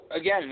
again